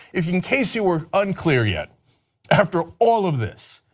in case you were unclear yet after all of this.